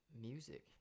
music